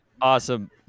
Awesome